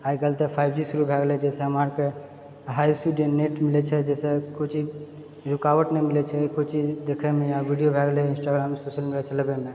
आइकाल्हि तऽ five G शुरु भए गेलै जाहिसँ हमरा आरके हाइस्पीड नेट मिलैत छै जाहिसँ कोइ चीजमे रुकावट नहि मिलैत छै कोइ चीज देखैमे या वीडियो भए गेलै इन्स्टाग्राम सोशल मीडिया चलबैमे